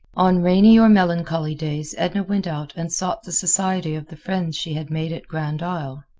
on rainy or melancholy days edna went out and sought the society of the friends she had made at grand isle.